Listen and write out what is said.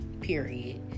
Period